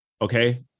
okay